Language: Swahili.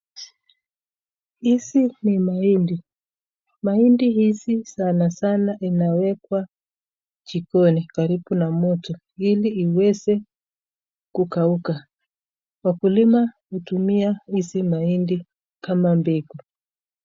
Hizi ni mahindi, mahindi hizi sanasana inawekwa jikoni karibu na moto hili iweze kukauka , mkulima utumia hizi mahindi kama mbegu.